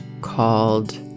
called